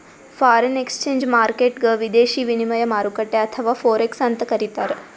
foreign exchange ಮಾರ್ಕೆಟ್ಗ್ ವಿದೇಶಿ ವಿನಿಮಯ ಮಾರುಕಟ್ಟೆ ಅಥವಾ ಫೋರೆಕ್ಸ್ ಅಂತ್ ಕರಿತಾರ್